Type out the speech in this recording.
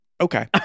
okay